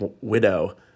widow